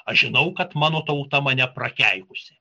aš žinau kad mano tauta mane prakeikusi